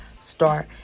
start